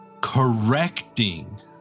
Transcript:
correcting